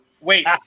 Wait